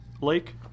Lake